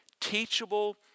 teachable